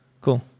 cool